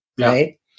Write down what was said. Right